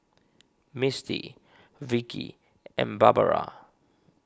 Misty Vicki and Barbara